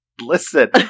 Listen